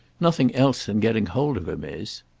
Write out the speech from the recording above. nothing else than getting hold of him is.